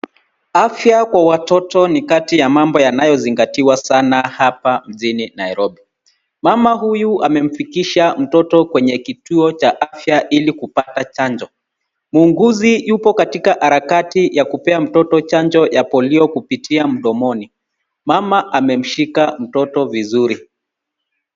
Afya kwa watoto ni kati ya mambo yanayozingatiwa sana hapa mjini Nairobi. Mama huyu amefikisha mtoto kwenye kituo cha afya ili kupata chanjo. Muuguzi yupo katika harakati ya kumpea mtoto chanjo ya Polio kupitia mdomoni. Mama amemshika mtoto vizuri.